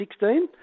2016